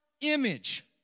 image